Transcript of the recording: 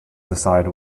decide